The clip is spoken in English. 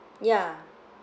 ya